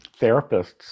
therapists